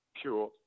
pure